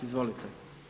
Izvolite.